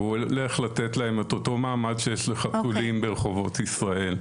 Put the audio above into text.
והוא הולך לתת להם את אותו מעמד שיש לחתולים ברחובות ישראל.